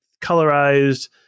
colorized